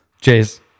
Jays